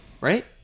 Right